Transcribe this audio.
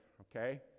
okay